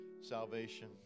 salvation